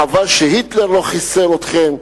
חבל שהיטלר לא חיסל אתכם.